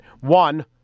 One